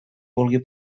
vulgui